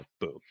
boom